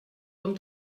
com